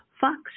Fox